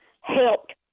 helped